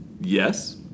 Yes